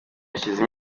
hashize